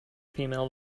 female